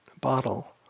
bottle